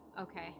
Okay